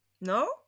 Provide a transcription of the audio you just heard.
no